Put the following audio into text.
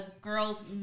girl's